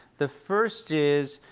the first is,